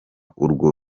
urwo